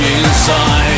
inside